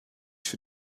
für